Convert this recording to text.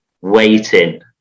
waiting